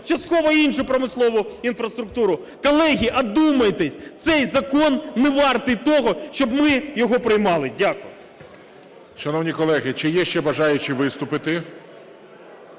частково – іншу промислову інфраструктуру. Колеги, одумайтесь, цей закон не вартий того, щоб ми його приймали. Дякую.